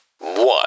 one